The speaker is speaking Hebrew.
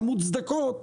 ההגבלות המוצדקות,